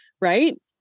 right